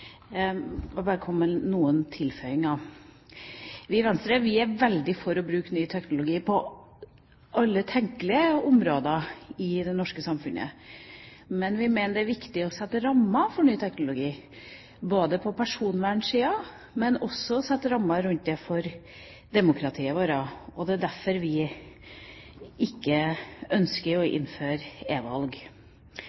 bare komme med noen tilføyelser. Vi i Venstre er veldig for å bruke ny teknologi på alle tenkelige områder i det norske samfunnet, men vi mener det er viktig å sette rammer for ny teknologi på personvernsida, men også sette rammer for det i demokratiet vårt. Det er derfor vi ikke ønsker å